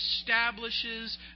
establishes